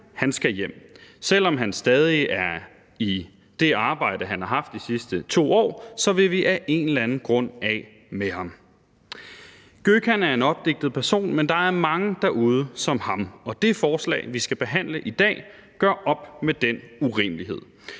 Gökhan skal hjem. Selv om han stadig er i det arbejde, han har haft de sidste 2 år, så vil vi af en eller anden grund af med ham. Gökhan er en opdigtet person, men der er mange derude som ham, og det forslag, som vi skal behandle i dag, gør op med den urimelighed,